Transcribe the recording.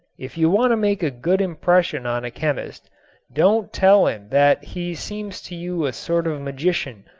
if you want to make a good impression on a chemist don't tell him that he seems to you a sort of magician,